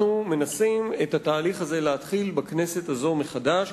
אנחנו מנסים להתחיל את התהליך הזה בכנסת הזאת מחדש,